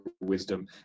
wisdom